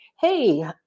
hey